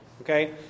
Okay